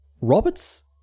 Roberts